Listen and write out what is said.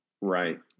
Right